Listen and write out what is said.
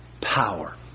power